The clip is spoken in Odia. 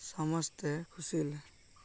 ସମସ୍ତେ ଖୁସି ହେଲେ